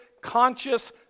conscious